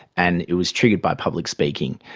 and it was triggered by public speaking.